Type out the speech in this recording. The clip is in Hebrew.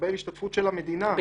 לקבל השתתפות של המדינה.